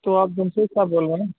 تو آپ جمشید صاحب بول رہے ہیں